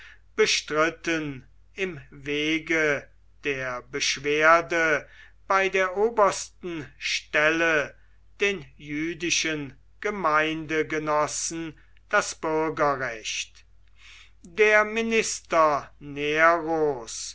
bestritten im wege der beschwerde bei der obersten stelle den jüdischen gemeindegenossen das bürgerrecht der minister